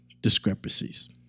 discrepancies